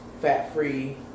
fat-free